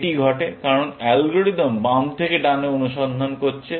এটি ঘটে কারণ অ্যালগরিদম বাম থেকে ডানে অনুসন্ধান করছে